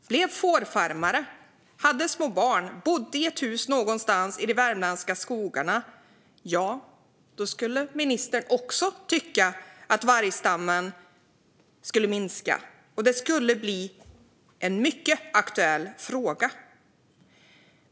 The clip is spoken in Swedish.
och blev fårfarmare, hade små barn och bodde i ett hus någonstans i de värmländska skogarna skulle ministern också tycka att vargstammen ska minskas. Det skulle bli en mycket aktuell fråga.